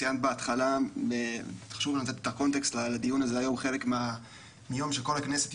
ציינת בהתחלה חשוב לתת את הקונטקסט היום חלק מהיום של כל הכנסת,